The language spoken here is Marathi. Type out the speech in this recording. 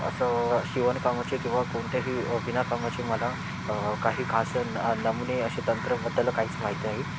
असं शिवणकामाचे किंवा कोणत्याही विणाकामाची मला काही खास नमुने असे तंत्राबद्दल काहीच माहीत नाही